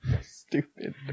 stupid